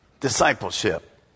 discipleship